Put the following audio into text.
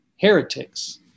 heretics